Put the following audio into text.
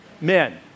Men